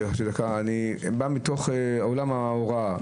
אני בא מתוך עולם ההוראה,